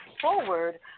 forward